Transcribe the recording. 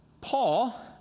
Paul